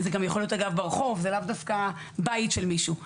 זה גם יכול להיות ברחוב, לאו דווקא בית של מישהו.